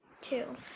two